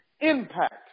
impact